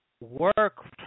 work